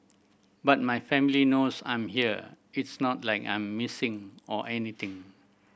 but my family knows I'm here it's not like I'm missing or anything